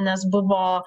nes buvo